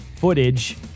footage